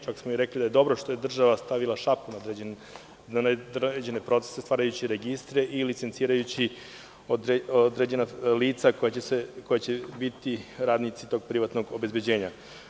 Čak smo i rekli da je dobro što je država stavila šapu na određene procese stvarajući registre i licencirajući određena lica koja će biti radnici tog privatnog obezbeđenja.